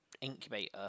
incubator